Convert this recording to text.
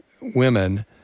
women